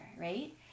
right